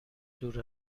دور